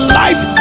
life